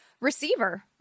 receiver